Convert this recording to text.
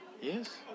Yes